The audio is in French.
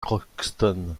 crockston